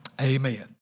Amen